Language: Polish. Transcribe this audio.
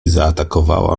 zaatakowała